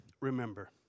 remember